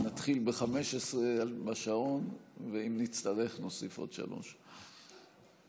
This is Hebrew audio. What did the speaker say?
נתחיל ב-15 בשעון, ואם נצטרך נוסיף עוד שלוש דקות.